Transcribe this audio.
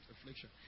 affliction